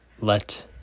let